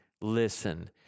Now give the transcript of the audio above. listen